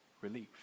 relief